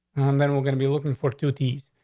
then we're gonna be looking for two teams.